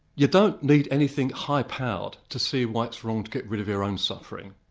you don't need anything high-powered to see why it's wrong to get rid of your own suffering.